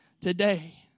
today